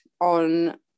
on